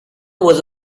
was